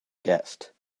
guest